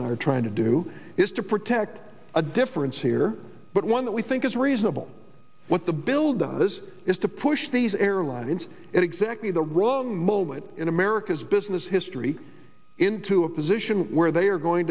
hutchison are trying to do is to protect a difference here but one that we think is reasonable what the bill does is to push these airlines at exactly the wrong moment in america's business history into a position where they are going